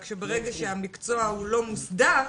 רק ברגע שהמקצוע לא מוסדר,